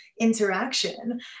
interaction